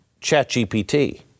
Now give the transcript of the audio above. ChatGPT